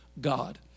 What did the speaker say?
God